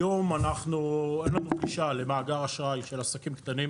היום אין לנו גישה למאגר אשראי של עסקים קטנים,